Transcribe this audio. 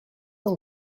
dans